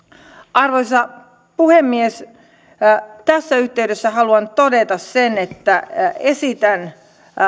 arvoisa puhemies tässä yhteydessä haluan todeta sen että esitän